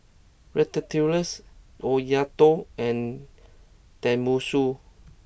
Ratatouille's Oyakodon and Tenmusu